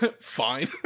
fine